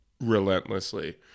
relentlessly